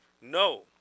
No